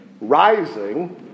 rising